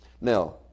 now